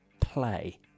play